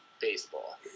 baseball